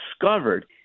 discovered